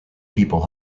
people